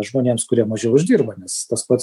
žmonėms kurie mažiau uždirba nes tas pats